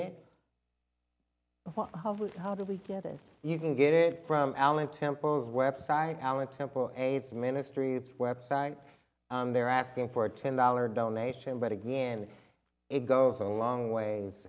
it how do we get it you can get it from allan temples web site allen temple aids ministries website they're asking for a ten dollar donation but again it goes a long ways